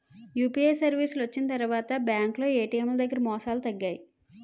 UPI సర్వీసులు వచ్చిన తర్వాత బ్యాంకులో ఏటీఎం దగ్గర మోసాలు తగ్గాయి